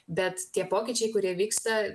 bet tie pokyčiai kurie vyksta